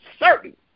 certain